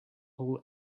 all